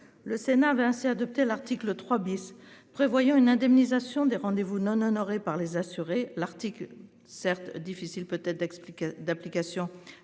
le Sénat avait ainsi adopté l'article 3 bis prévoyant une indemnisation des rendez-vous non honorés par les assurés. L'Arctique certes difficile peut-être d'expliquer,